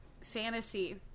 fantasy